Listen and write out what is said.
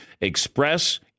Express